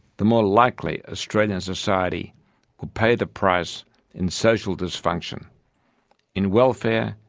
the more likely australian society will pay the price in social dysfunction in welfare,